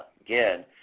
again